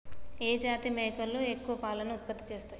ఏ జాతి మేకలు ఎక్కువ పాలను ఉత్పత్తి చేస్తయ్?